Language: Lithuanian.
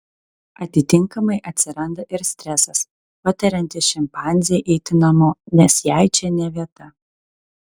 atitinkamai atsiranda ir stresas patariantis šimpanzei eiti namo nes jai čia ne vieta